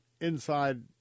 inside